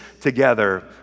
together